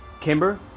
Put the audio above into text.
Kimber